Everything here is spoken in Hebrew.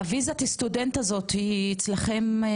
וויזת הסטודנט הזאת היא באחריותך?